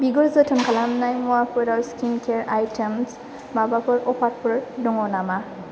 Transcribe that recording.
बिगुर जोथोन खालामनाय मुवाफोराव माबाफोर अफारफोर दङ नामा